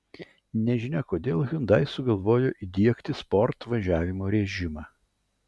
nežinia kodėl hyundai sugalvojo įdiegti sport važiavimo režimą